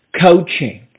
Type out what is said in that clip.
coaching